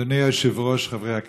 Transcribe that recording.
אדוני היושב-ראש, חברי הכנסת,